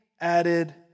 added